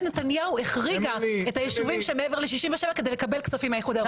נתניהו החריגה את הישובים שמעבר ל-67' כדי לקבל כספים מהאיחוד האירופי.